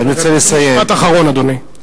משפט אחרון, אדוני.